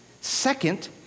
Second